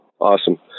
Awesome